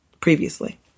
previously